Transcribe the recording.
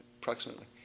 approximately